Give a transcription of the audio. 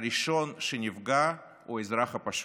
הראשון שנפגע הוא האזרח הפשוט,